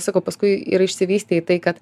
sakau paskui ir išsivystė į tai kad